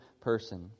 person